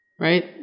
Right